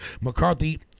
McCarthy